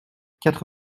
quatre